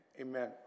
amen